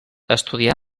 estudià